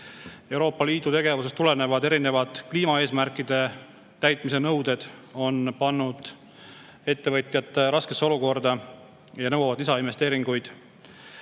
Euroopa Liidu tegevusest tulenevad erinevad kliimaeesmärkide täitmise nõuded on pannud ettevõtjad raskesse olukorda ja nõuavad lisainvesteeringuid.